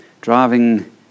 Driving